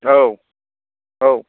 औ औ